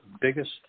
biggest